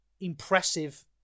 impressive